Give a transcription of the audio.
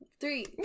three